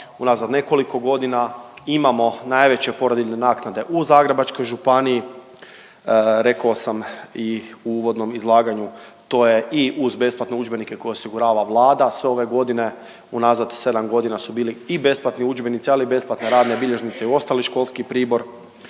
unazad nekoliko godina imamo najveće porodiljne naknade u Zagrebačkoj županiji. Rekao sam i u uvodnom izlaganju to je i uz besplatne udžbenike koje osigurava Vlada sve ove godine unazad 7 godina su bili i besplatni udžbenici, ali i besplatne radne bilježnice i ostali školski pribor.